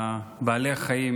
בבעלי החיים